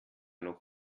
noch